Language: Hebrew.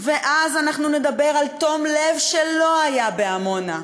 ואז אנחנו נדבר על תום לב, שלא היה בעמונה,